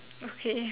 okay